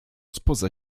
spoza